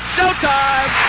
Showtime